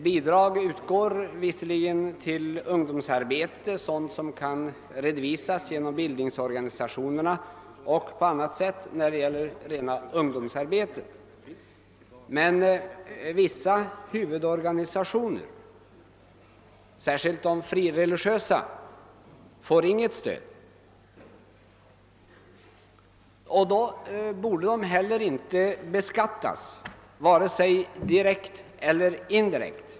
Bidrag utgår visserligen till ungdomsarbete som kan redovisas genom bildningsorganisationerna och på annat sätt, men vissa huvudorganisationer — särskilt de frikyrkliga — får inget stöd. Då borde de heller inte beskattas vare sig direkt eller indirekt.